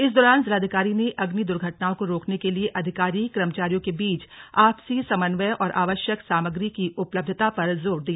इस दौरान जिलाधिकारी ने अग्नि दुर्घटनाओं को रोकने के लिए अधिकारी कर्मचारियों के बीच आपसी समन्वय और आवश्यक सामग्री की उपलब्धता पर जोर दिया